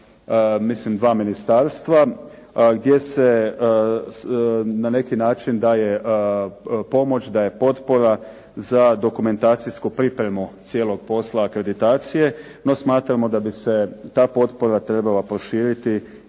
mislim dva ministarstva, gdje se na neki način daje pomoć, daje potpora za dokumentacijsku pripremu cijelog posla akreditacije. No smatramo da bi se ta potpora trebala proširiti